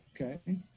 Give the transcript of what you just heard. okay